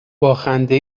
خنده